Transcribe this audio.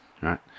Right